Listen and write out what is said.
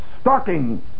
stalking